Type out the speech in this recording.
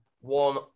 one